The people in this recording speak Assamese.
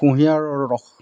কুঁহিয়াৰ ৰস